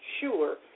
sure